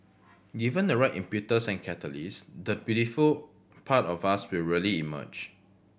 given the right impetus and catalyst the beautiful part of us will really emerge